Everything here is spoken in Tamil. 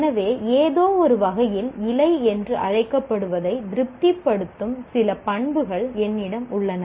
எனவே ஏதோ ஒரு வகையில் இலை என்று அழைக்கப்படுவதை திருப்திப்படுத்தும் சில பண்புகள் என்னிடம் உள்ளன